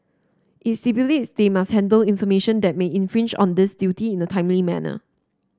it stipulates they must handle information that may infringe on this duty in a timely manner